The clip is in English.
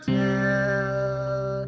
tell